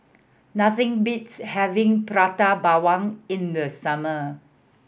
nothing beats having Prata Bawang in the summer